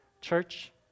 Church